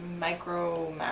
micro